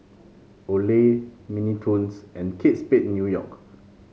Olay Mini Toons and Kate Spade New York